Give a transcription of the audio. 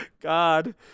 God